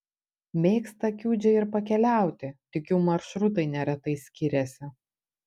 mėgsta kiudžiai ir pakeliauti tik jų maršrutai neretai skiriasi